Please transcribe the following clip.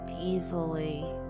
easily